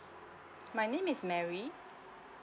my name is mary